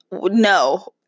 No